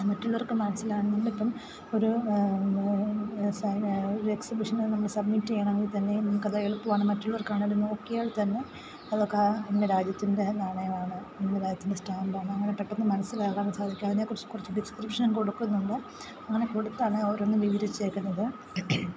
മറ്റുള്ളവർക്ക് മനസ്സിലാകാൻ നമ്മൾ ഇപ്പം ഒരു എക്സിബിഷന് നമ്മൾ സബ്മിറ്റ് ചെയ്യണമെങ്കിൽ തന്നെയും നമുക്ക് അത് എളുപ്പമാണ് മറ്റുള്ളവർക്ക് ആണെങ്കിലും നോക്കിയാൽ തന്നെ അതൊക്കെ ഇന്ന രാജ്യത്തിന്റെ നാണയമാണ് ഇന്ന രാജ്യത്തിന്റെ സ്റ്റാമ്പാണ് അങ്ങനെ പെട്ടെന്ന് മനസ്സിലാക്കാൻ സാധിക്കും അതിനെ കുറിച്ച് കുറച്ച് ഡിസ്ക്രിപ്ഷൻ കൊടുക്കുന്നുണ്ട് അങ്ങനെ കൊടുത്താണ് ഓരോന്നും വിവരിച്ചേക്കുന്നത്